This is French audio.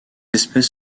espèce